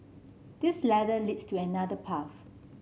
this ladder leads to another path